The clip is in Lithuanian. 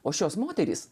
o šios moterys